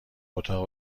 اتاق